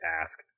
ask